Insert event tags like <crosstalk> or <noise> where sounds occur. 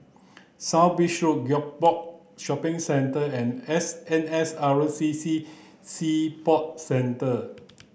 South Bridge <unintelligible> Gek Poh Shopping Centre and N S R C C Sea Sport Centre